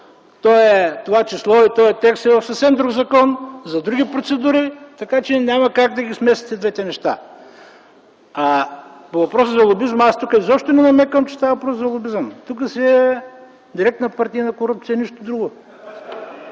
това число този текст е в съвсем друг закон, за други процедури, така че няма как да смесвате двете неща. По въпроса за лобизма аз изобщо не намеквам, че става въпрос за лобизъм – тук си е директна партийна корупция и нищо друго.